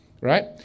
Right